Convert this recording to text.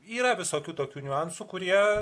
yra visokių tokių niuansų kurie